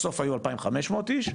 בסוף היו 2,500 איש,